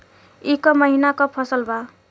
ई क महिना क फसल बा?